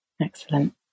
excellent